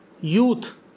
youth